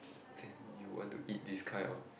can you want to eat this kind of